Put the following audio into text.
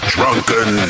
Drunken